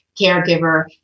caregiver